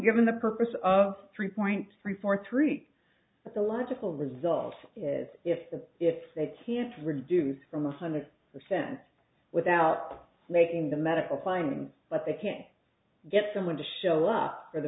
given the purpose of three point three four three but the logical result is if the if they can't reduce from a hundred percent without making the medical claims but they can get someone to show up for the